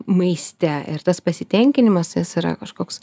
maiste ir tas pasitenkinimas jis yra kažkoks